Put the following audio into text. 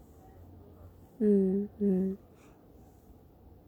mm mm